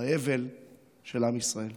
באבל של עם ישראל.